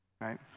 right